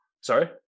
sorry